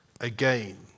again